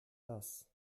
das